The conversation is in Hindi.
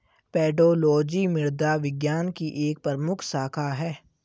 पेडोलॉजी मृदा विज्ञान की एक प्रमुख शाखा है